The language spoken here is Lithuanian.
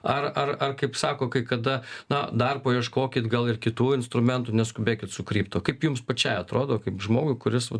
ar ar ar kaip sako kai kada na dar paieškokit gal ir kitų instrumentų neskubėkit su kripto kaip jums pačiai atrodo kaip žmogui kuris vat